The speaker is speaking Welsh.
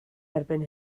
erbyn